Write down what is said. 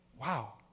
Wow